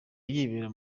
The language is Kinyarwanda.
yibera